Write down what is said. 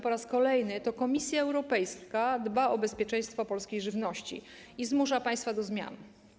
Po raz kolejny to Komisja Europejska dba o bezpieczeństwo polskiej żywności i zmusza państwa do zmian.